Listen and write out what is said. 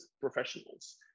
professionals